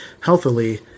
healthily